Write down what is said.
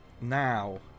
now